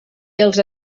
els